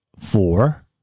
Four